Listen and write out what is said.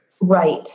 right